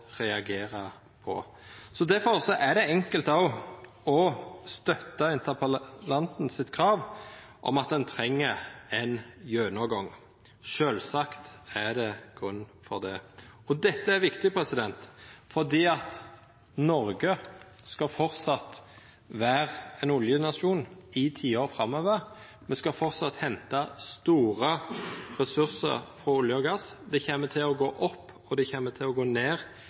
på. Difor er det òg enkelt å støtta interpellantens krav om at ein treng ein gjennomgang – sjølvsagt er det grunn til det. Dette er viktig fordi Noreg framleis skal vera ein oljenasjon i tiår framover. Me skal framleis henta store ressursar frå olje og gass. Det kjem til å gå opp, og det kjem til å gå ned